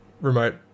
remote